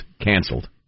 canceled